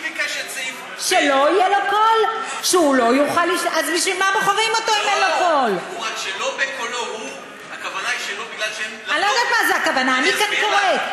"שני חברים נוספים שהם נציגי ציבור בעלי